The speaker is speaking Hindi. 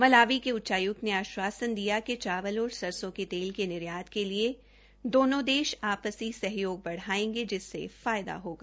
मलावी के उच्चायुक्त ने आश्वासन दिया कि चावल और सरसों के तेल के निर्यात के लिए दोनो देश आपसी सहयोग बढायेंगे जिससे लाभ होगा